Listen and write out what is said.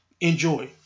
Enjoy